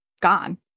gone